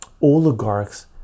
oligarchs